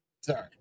Sorry